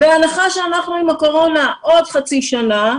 בהנחה שאנחנו עם הקורונה עוד חצי שנה,